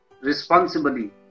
responsibly